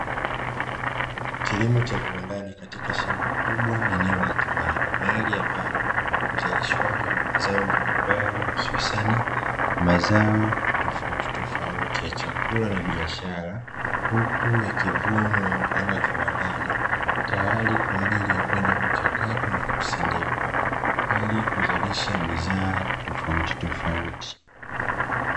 Kilimo cha viwandani katika shamba kubwa eneo la kiwanda, mahali ambapo uzalishwaji wa mazao mbalimbali hususani mazao tofauti tofauti ya chakula na biashara, huku yakivunwa kwa ajili ya kupelekwa kiwandani tayari kwa kwenda kuchakatwa na kusindikwa ili kuzalisha bidhaa tofauti tofauti.